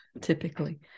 typically